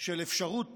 של אפשרות